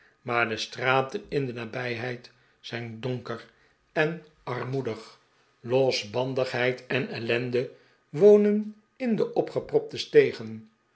maar de straten in de nabijheid zijn donker en armoedig losbandigheid en ellende wonen in de opgepropte stegen